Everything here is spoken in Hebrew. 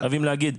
חייבים להגיד.